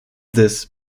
this